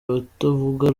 abatavuga